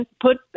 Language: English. put